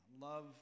Love